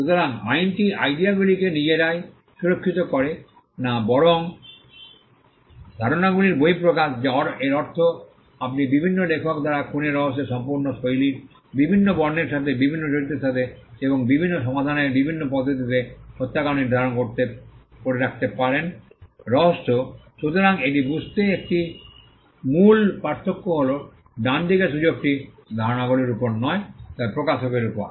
সুতরাং আইনটি আইডিয়াগুলিকে নিজেরাই সুরক্ষিত করে না বরং ধারণাগুলির বহিঃপ্রকাশ যা এর অর্থ আপনি বিভিন্ন লেখক দ্বারা খুনের রহস্যের সম্পূর্ণ শৈলীর বিভিন্ন বর্ণের সাথে বিভিন্ন চরিত্রের সাথে এবং বিভিন্ন সমাধানের বিভিন্ন পদ্ধতিতে হত্যাকাণ্ড নির্ধারণ করে রাখতে পারেন রহস্য সুতরাং এটি বুঝতে একটি মূল পার্থক্য হল ডান দিকের সুযোগটি ধারণাগুলির উপর নয় তবে প্রকাশের উপর